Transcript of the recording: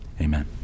amen